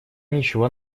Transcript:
ничего